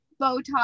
Botox